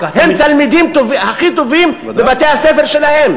הם תלמידים הכי טובים בבתי-הספר שלהם.